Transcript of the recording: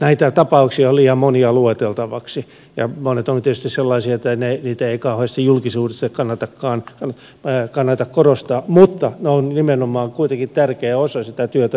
näitä tapauksia on liian monia lueteltavaksi ja monet ovat tietysti sellaisia että niitä ei kauheasti julkisuudessa kannata korostaa mutta ne ovat nimenomaan kuitenkin tärkeä osa sitä työtä mitä me siellä teemme